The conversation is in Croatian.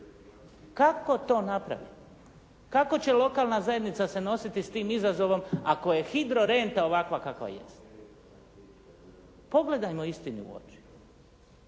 Kako to napraviti? Kako će lokalna zajednica se nositi s tim izazovom ako je hidro renta ovakva kakva jest? Pogledajmo istini u oči.